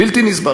בלתי נסבל.